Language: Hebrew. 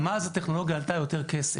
גם אז הטכנולוגיה עלתה יותר כסף,